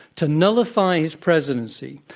to nullify his presidency,